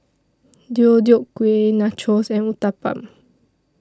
Deodeok Gui Nachos and Uthapam